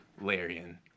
Larian